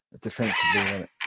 defensively